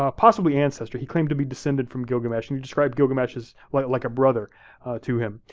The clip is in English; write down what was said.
ah possibly ancestor, he claimed to be descended from gilgamesh, and he described gilgamesh as like like a brother to him.